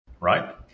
right